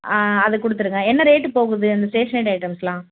ஆ அதை கொடுத்துருங்க என்ன ரேட்டுக்கு போகுது அந்த ஸ்டேஷ்னரி ஐட்டம்ஸ்லாம்